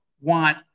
want